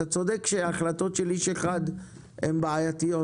אתה צודק שהחלטות של איש אחד הן בעייתיות,